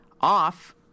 off